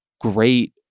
great